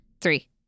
three